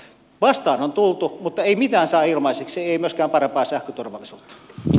vastaan on tultu mutta ei mitään saa ilmaiseksi ei myöskään parempaa sähköturvallisuutta